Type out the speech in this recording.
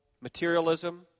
materialism